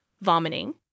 vomiting